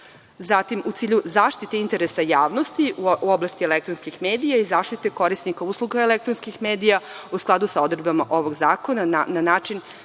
Zatim, u cilju zaštite interesa javnosti u oblasti elektronskih medija i zaštite korisnika usluga elektronskih medija u skladu sa odredbama ovog zakona na način